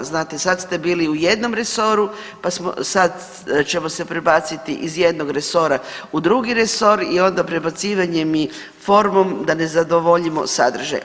Znate, sad ste bili u jednom resoru, pa smo, sad ćemo se prebaciti iz jednog resora u drugi resor i onda prebacivanjem i formom da ne zadovoljimo sadržaj.